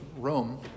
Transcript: Rome